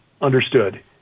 understood